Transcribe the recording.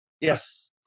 Yes